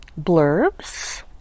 blurbs